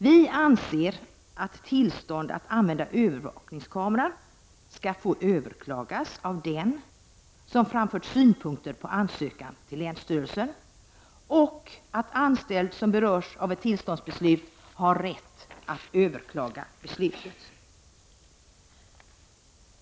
Vi anser vidare att tillstånd att använda övervakningskamera skall få över klagas av den som framfört synpunkter på ansökan till länsstyrelsen och att anställd som berörs av ett tillståndsbeslut har rätt att överklaga beslutet.